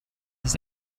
his